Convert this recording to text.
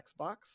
xbox